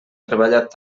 treballat